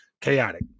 chaotic